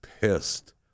pissed